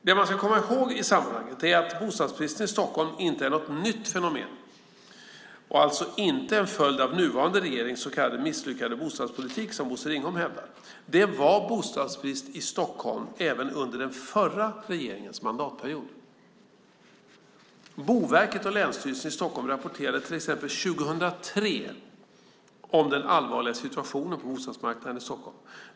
Det man ska komma ihåg i sammanhanget är att bostadsbristen i Stockholm inte är något nytt fenomen och alltså inte en följd av nuvarande regerings så kallade misslyckade bostadspolitik, som Bosse Ringholm hävdar. Det var bostadsbrist i Stockholm även under den förra regeringens mandatperiod. Boverket och Länsstyrelsen i Stockholm rapporterade till exempel 2003 om den allvarliga situationen på bostadsmarknaden i Stockholm.